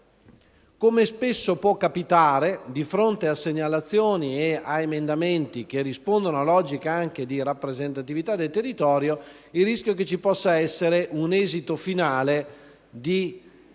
Come spesso può capitare, di fronte a segnalazioni e a emendamenti che rispondono anche a logiche di rappresentatività del territorio, il rischio è che ci possa essere un esito finale di